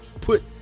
put